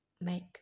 make